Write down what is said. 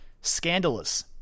Scandalous